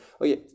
okay